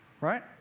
Right